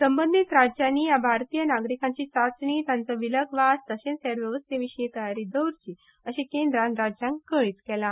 संबंदीत राज्यांनी ह्या भारतीय नागरिकांची चांचणी तांचो विलगवास तशेंच हेर वेवस्थे विशीं तयारी दवरची अशें केंद्रान राज्यांक कळीत केलां